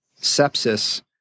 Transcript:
sepsis